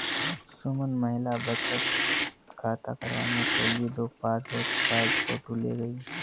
सुमन महिला बचत खाता करवाने के लिए दो पासपोर्ट साइज फोटो ले गई